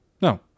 No